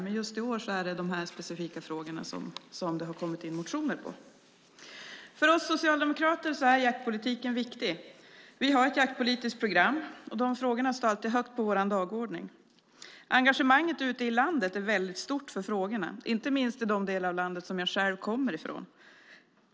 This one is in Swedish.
Men just i år är det dessa specifika frågor som det har kommit in motioner om. För oss socialdemokrater är jaktpolitiken viktig. Vi har ett jaktpolitiskt program, och dessa frågor står alltid högt på vår dagordning. Engagemanget ute i landet är mycket stort för frågorna, inte minst i de delar av landet som jag själv kommer från.